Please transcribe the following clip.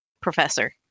professor